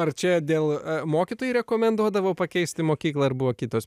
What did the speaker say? ar čia dėl mokytojai rekomenduodavo pakeisti mokyklą ar buvo kitos